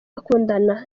bakundana